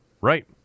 Right